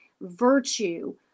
Virtue